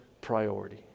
priority